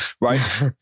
right